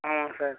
ஆமாம் சார்